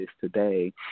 today